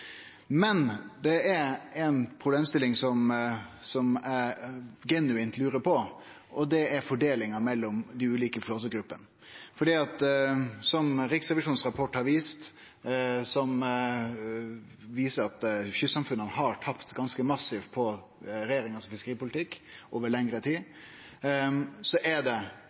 Men det er ei problemstilling som eg genuint lurar på, og det er fordelinga mellom dei ulike flåtegruppene. Riksrevisjonens rapport viser at kystsamfunna har tapt ganske massivt på regjeringas fiskeripolitikk over lengre tid. I SVs perspektiv er det